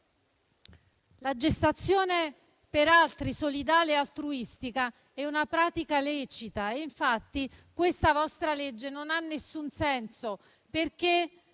La gestazione per altri, solidale e altruistica, è una pratica lecita. Infatti questa vostra legge non ha alcun senso, perché